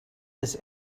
this